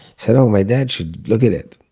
said, oh my dad should look at it.